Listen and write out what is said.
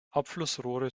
abflussrohre